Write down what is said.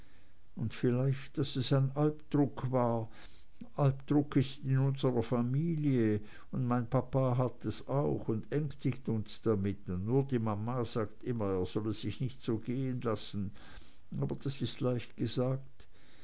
und schrie vielleicht daß es ein alpdruck war alpdruck ist in unserer familie mein papa hat es auch und ängstigt uns damit und nur die mama sagt immer er solle sich nicht so gehenlassen aber das ist leicht gesagt